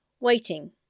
Waiting